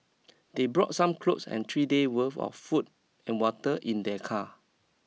they brought some clothes and three day worth of food and water in their car